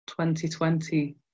2020